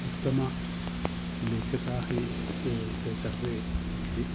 उत्तमलेखकाः ये स ते सर्वे सन्ति